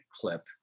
clip